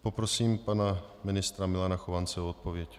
Poprosím pana ministra Milana Chovance o odpověď.